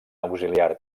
auxiliar